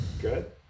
Good